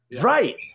Right